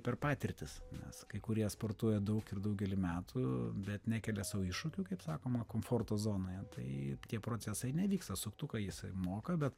per patirtis nes kai kurie sportuoja daug ir daugelį metų bet nekelia sau iššūkių kaip sakoma komforto zonoje tai tie procesai nevyksta suktuką jisai moka bet